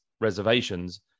reservations